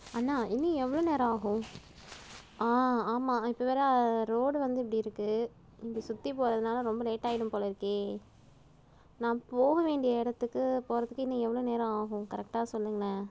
அண்ணா இன்னும் எவ்வளோ நேரம் ஆகும் ஆ ஆமாம் இப்போ வேறு ரோடு வந்து இப்படி இருக்குது நீங்கள் சுற்றி போகிறதுனால் ரொம்ப லேட்டாகிடும் போலருக்கு நான் போக வேண்டிய இடத்துக்கு போகிறத்துக்கு இன்னும் எவ்வளோ நேரம் ஆகும் கரெக்டாக சொல்லுங்களேன்